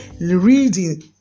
reading